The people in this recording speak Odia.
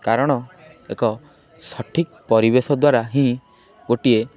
କାରଣ ଏକ ସଠିକ୍ ପରିବେଶ ଦ୍ୱାରା ହିଁ ଗୋଟିଏ